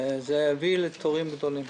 זה הביא לתורים גדולים,